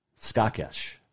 Skakesh